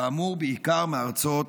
כאמור בעיקר מארצות